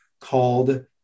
called